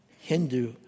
Hindu